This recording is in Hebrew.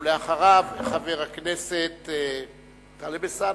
ואחריו, חבר הכנסת טלב אלסאנע.